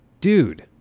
Dude